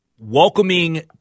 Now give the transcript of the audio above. welcoming